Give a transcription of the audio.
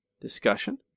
discussion